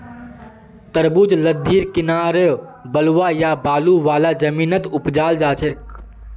तरबूज लद्दीर किनारअ बलुवा या बालू वाला जमीनत उपजाल जाछेक